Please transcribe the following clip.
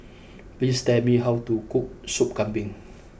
please tell me how to cook Sup Kambing